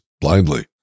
blindly